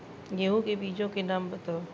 गेहूँ के बीजों के नाम बताओ?